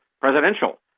presidential